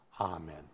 amen